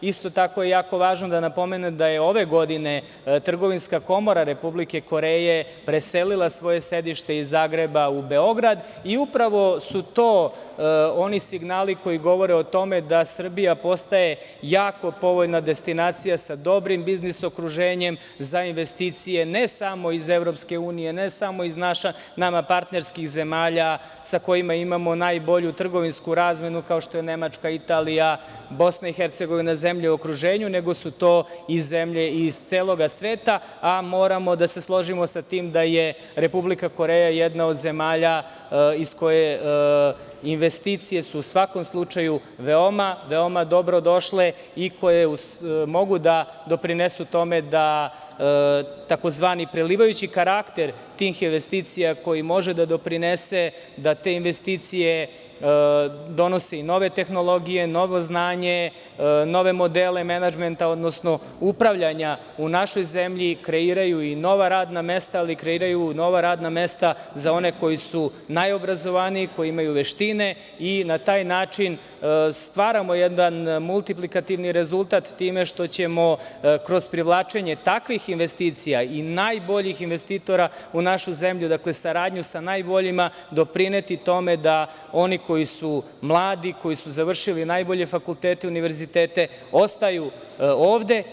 Isto tako je jako važno da napomenem da je ove godine Trgovinska komora Republike Koreje preselila svoje sedište iz Zagreba u Beograd i upravo su to oni signali koji govore o tome da Srbija postaje jako povoljna destinacija sa dobrim biznis okruženjem za investicije, ne samo iz EU, ne samo iz nama partnerskim zemalja sa kojima imamo najbolju trgovinsku razmenu kao što je Nemačka, Italija, BiH, zemlje u okruženju, nego su to i zemlje iz celog sveta, a moramo da se složimo sa tim da je Republika Koreja jedna od zemalja iz koje su investicije u svakom slučaju veoma dobrodošle i koje mogu da doprinesu tome da tzv. prelivajući karakter tih investicija koji može da doprinese da te investicije donose i nove tehnologije, novo znanje, nove modele menadžmenta, odnosno upravljanja u našoj zemlji kreiraju i nova radna mesta, ali kreiraju i nova radna mesta za one koji su najobrazovaniji, koji imaju veštine i na taj način stvaramo jedan multiplikativni rezultat time što ćemo kroz privlačenje takvih investicija i najbolji investitora u našu zemlju, saradnju sa najboljima doprineti tome da oni koji su mladi, koji su završili najbolje fakultete i univerzitete ostaju ovde.